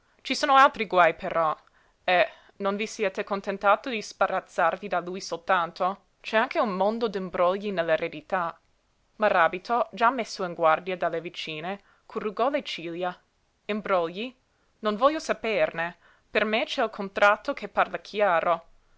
ci sono altri guaj però eh non vi siete contentato di sbarazzarvi di lui soltanto c'è anche un mondo d'imbrogli nell'eredità maràbito già messo in guardia dalle vicine corrugò le ciglia imbrogli non voglio saperne per me c'è il contratto che parla chiaro